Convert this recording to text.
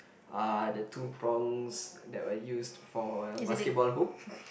uh the two prongs that were used for the basketball hoop